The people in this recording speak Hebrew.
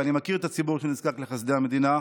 ואני מכיר את הציבור שנזקק לחסדי המדינה.